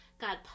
God